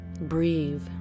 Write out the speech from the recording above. Breathe